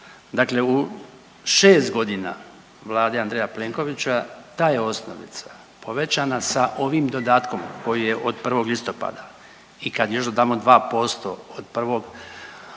dakle u 6.g. Vlade Andreja Plenkovića ta je osnovica povećana sa ovim dodatkom koji je od 1. listopada i kad još dodamo 2% od 1., od